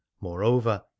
Moreover